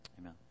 Amen